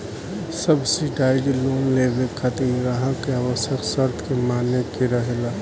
subsidise loan लेबे खातिर ग्राहक के आवश्यक शर्त के माने के रहेला